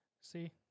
See